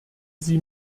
sie